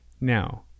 now